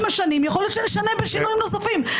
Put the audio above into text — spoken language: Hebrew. עם השנים יכול להיות שנשנה בשינויים נוספים.